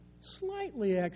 slightly